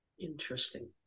Interesting